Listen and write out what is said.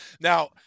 Now